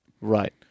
Right